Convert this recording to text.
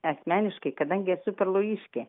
asmeniškai kadangi esu perlojiškė